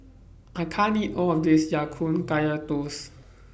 I can't eat All of This Ya Kun Kaya Toast